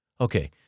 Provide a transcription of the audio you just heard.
Okay